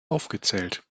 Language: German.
aufgezählt